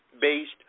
based